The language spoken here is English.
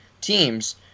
teams